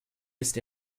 ist